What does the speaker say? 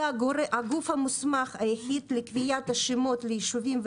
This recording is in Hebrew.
היא הגוף המוסמך היחיד לקביעת השמות לישובים,